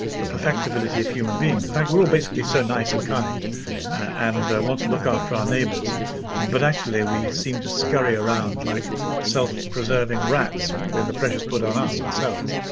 the perfectibility of human beings i think we're all basically so nice and kind and i want to look after our neighbors but actually we seem to scurry around like self-preserving rats when the pressures put on us, ourselves,